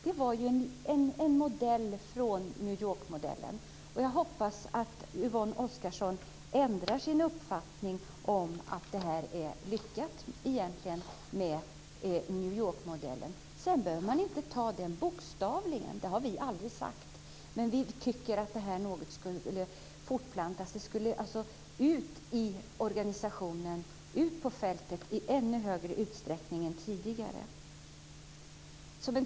Det var efter New York-modellen. Jag hoppas att Yvonne Oscarsson ändrar sin uppfattning och inser att New York-modellen är lyckad. Sedan behöver man inte ta den bokstavligen. Det har vi aldrig sagt. Men vi tycker att de idéerna ska fortplantas ut i organisationen och ut på fältet i ännu större utsträckning än tidigare.